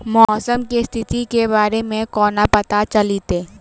मौसम केँ स्थिति केँ बारे मे कोना पत्ता चलितै?